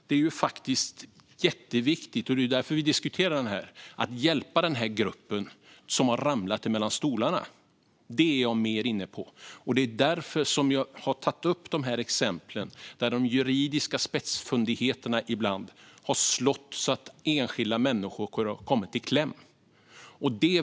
Det är jätteviktigt att hjälpa den grupp som har fallit mellan stolarna. Det är det jag är inne på, och det är därför jag tar upp exempel på när juridiska spetsfundigheter har gjort att enskilda människor har kommit i kläm.